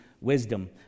wisdom